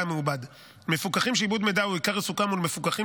המעובד: מפוקחים שעיבוד מידע הוא עיקר עיסוקם מול מפוקחים